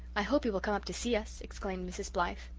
i hope he will come up to see us, exclaimed mrs. blythe.